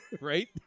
right